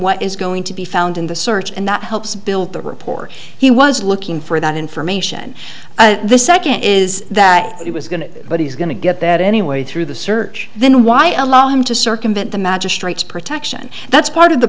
what is going to be found in the search and that helps build the report he was looking for that information the second is that he was going to but he's going to get that anyway through the search then why are law him to circumvent the magistrate's protection that's part of the